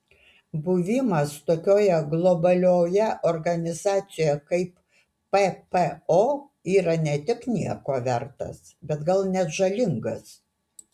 buvimas tokioje globalioje organizacijoje kaip ppo yra ne tik nieko vertas bet gal net žalingas